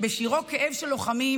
בשירו "כאב של לוחמים"